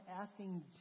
asking